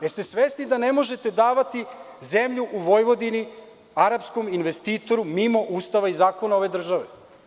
Jeste li svesni da ne možete davati zemlju u Vojvodini arapskom investitoru mimo Ustava i zakona ove države?